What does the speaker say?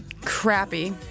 crappy